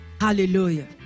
Hallelujah